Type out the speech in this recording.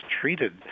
treated